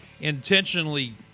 intentionally